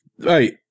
Right